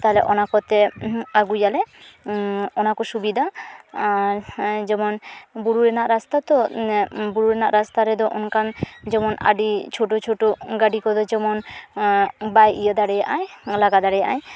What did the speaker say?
ᱛᱟᱭᱞᱮ ᱚᱱᱟᱠᱚᱛᱮ ᱟ ᱜᱩᱭᱟᱞᱮ ᱚᱱᱟᱠᱚ ᱥᱩᱵᱤᱫᱷᱟ ᱟᱨ ᱡᱮᱢᱚᱱ ᱵᱩᱨᱩ ᱨᱮᱱᱟᱜ ᱨᱟᱥᱛᱟ ᱛᱚ ᱵᱩᱨᱩ ᱨᱮᱱᱟᱜ ᱨᱟᱥᱛᱟᱨᱮ ᱫᱚ ᱚᱱᱠᱟᱱ ᱡᱮᱢᱚᱱ ᱟᱹᱰᱤ ᱪᱷᱳᱴᱳᱼᱪᱷᱳᱴᱳ ᱜᱟᱹᱰᱤ ᱠᱚᱫᱚ ᱡᱮᱢᱚᱱ ᱵᱟᱭ ᱤᱭᱟᱹ ᱫᱟᱲᱮᱭᱟᱜᱼᱟᱭ ᱞᱟᱜᱟ ᱫᱟᱲᱮᱭᱟᱜᱼᱟᱭ